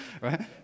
right